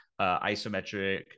isometric